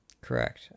Correct